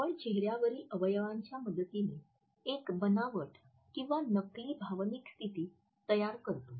आपण चेहऱ्यावरील अवयवांच्या मदतीने एक बनावट किंवा नकली भावनिक स्थिती तयार करतो